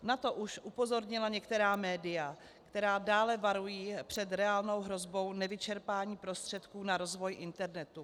Na to už upozornila některá média, která dále varují před reálnou hrozbou nevyčerpání prostředků na rozvoj internetu.